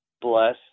bless